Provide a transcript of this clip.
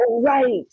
Right